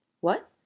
What